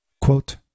Quote